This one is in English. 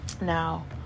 now